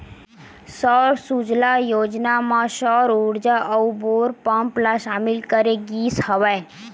सौर सूजला योजना म सौर उरजा अउ बोर पंप ल सामिल करे गिस हवय